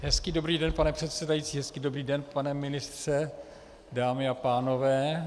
Hezký dobrý den, pane předsedající, hezký dobrý den, pane ministře, dámy a pánové.